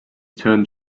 turned